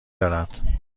دارد